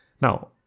Now